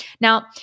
Now